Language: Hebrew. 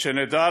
שנדע,